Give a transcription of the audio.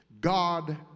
God